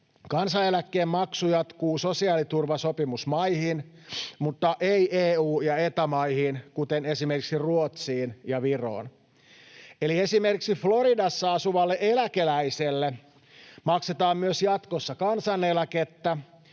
Kansaneläkkeen maksu jatkuu sosiaaliturvasopimusmaihin, mutta ei EU- ja Eta-maihin, kuten esimerkiksi Ruotsiin ja Viroon. Eli esimerkiksi Floridassa asuvalle eläkeläiselle maksetaan myös jatkossa kansaneläkettä,